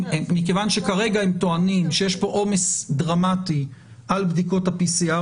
כרגע הם טוענים שיש פה עומס דרמטי על בדיקות ה-PCR,